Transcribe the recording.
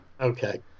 okay